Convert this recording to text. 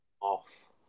off